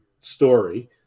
story